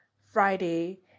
Friday